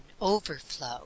OVERFLOW